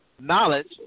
Knowledge